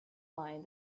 mind